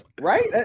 Right